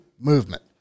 movement